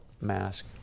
mask